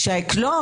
לא.